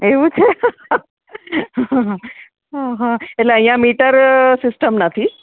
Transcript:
એવું છે એટલે અહીં મીટર સિસ્ટમ નથી